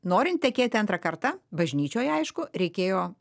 norint tekėti antrą kartą bažnyčioje aišku reikėjo